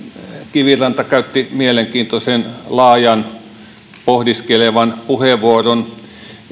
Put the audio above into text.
kiviranta käytti mielenkiintoisen laajan pohdiskelevan puheenvuoron